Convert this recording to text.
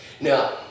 Now